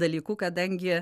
dalyku kadangi